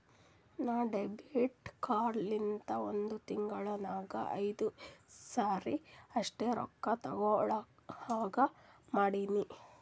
ನಾ debit card ಲಿಂತ ಒಂದ್ ತಿಂಗುಳ ನಾಗ್ ಐಯ್ದು ಸರಿ ಅಷ್ಟೇ ರೊಕ್ಕಾ ತೇಕೊಳಹಂಗ್ ಮಾಡಿನಿ